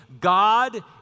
God